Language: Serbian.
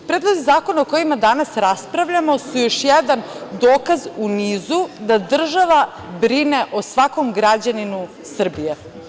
Predlozi zakona o kojima danas raspravljamo su još jedan dokaz u nizu, da država brine o svakom građaninu Srbije.